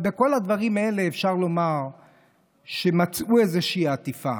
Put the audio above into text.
בכל הדברים האלה אפשר לומר שמצאו איזושהי עטיפה,